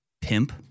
pimp